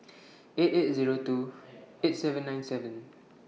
eight eight Zero two eight seven nine seven